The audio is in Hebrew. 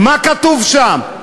מה כתוב שם?